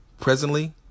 presently